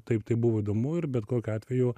taip tai buvo įdomu ir bet kokiu atveju